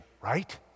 right